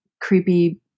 creepy